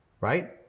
right